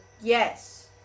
Yes